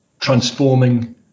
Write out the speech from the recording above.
transforming